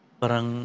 parang